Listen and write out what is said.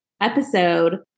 episode